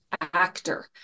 actor